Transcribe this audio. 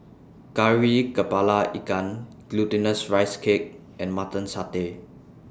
Kari Kepala Ikan Glutinous Rice Cake and Mutton Satay